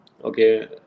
Okay